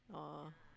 oh